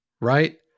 right